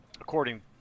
according